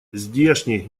здешний